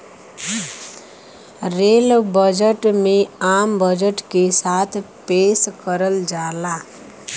rail budget में आम budget के साथ पेश करल जाला